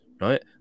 right